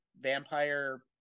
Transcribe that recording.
vampire